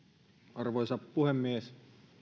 arvoisa puhemies